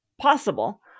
Possible